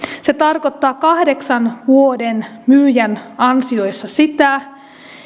se tarkoittaa kahdeksan vuoden myyjän ansioissa sitä